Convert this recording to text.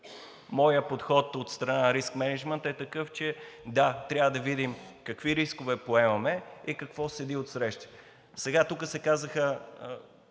Моят подход от страна на риск мениджмънта е такъв, че да, трябва да видим какви рискове поемаме и какво седи отсреща. (Председателят